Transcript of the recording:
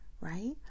right